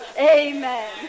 Amen